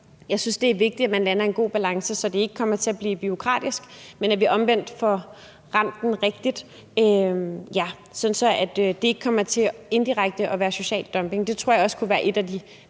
Jeg synes, det er vigtigt, at man lander i en god balance, så det ikke kommer til at blive bureaukratisk, men at vi omvendt får ramt det rigtigt, sådan at det ikke kommer til indirekte at være social dumping. Jeg tror, det kunne være et af de